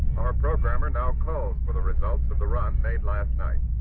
our programmer now calls for the results of the run made last night.